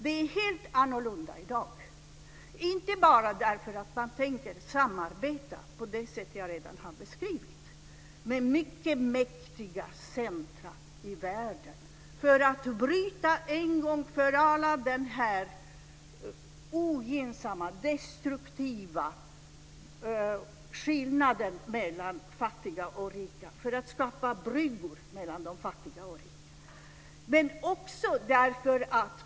Det är helt annorlunda i dag, inte bara därför att man tänker samarbeta på det sätt jag redan har beskrivit, dvs. i mycket mäktiga centrum i världen för att en gång för alla bryta den ogynnsamma, destruktiva skillnaden mellan fattiga och rika, för att skapa bryggor mellan fattiga och rika.